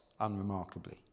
unremarkably